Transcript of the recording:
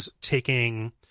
taking